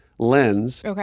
Lens